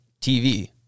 TV